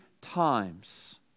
times